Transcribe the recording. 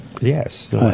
yes